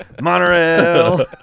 Monorail